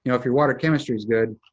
you know if your water chemistry's good,